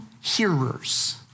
hearers